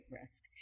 risk